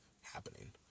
happening